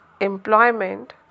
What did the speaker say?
employment